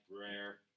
rare